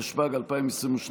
התשפ"ג 2022,